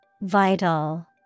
Vital